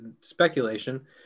speculation